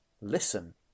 Listen